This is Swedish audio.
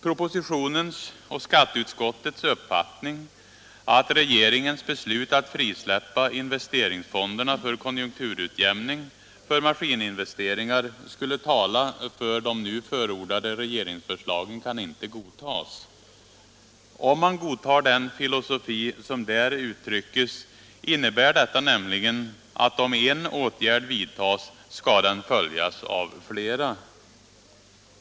Propositionens och skatteutskottets uppfattning att regeringens beslut att frisläppa investeringsfonderna för konjunkturutjämning för maskininvesteringar skulle tala för de nu förordade regeringsförslagen kan inte godtas. Godtar man den filosofi som där uttrycks innebär detta nämligen att om en åtgärd vidtas skall den följas av flera.